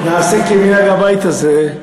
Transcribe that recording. נעשה כמנהג הבית הזה,